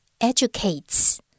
educates